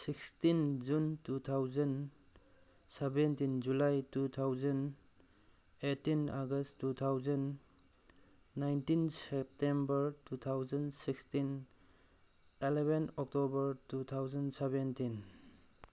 sixteen June two thousand seventeen July two thousand eighteen August two thousand nineteen September two thousand sixteen eleven October two thousand seventeen